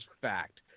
fact